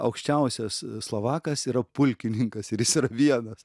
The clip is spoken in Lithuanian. aukščiausias slovakas yra pulkininkas ir jis yra vienas